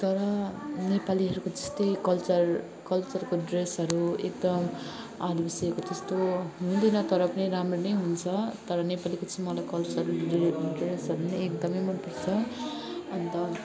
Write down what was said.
तर नेपालीहरूको जस्तै कल्चर कल्चरको ड्रेसहरू एकदम आदिवासीहरूको जस्तो हुँदैन तर पनि राम्रो नै हुन्छ तर नेपालीको चाहिँ मलाई कल्चरल ड्रेस ड्रेसहरू नै एकदमै मनपर्छ अन्त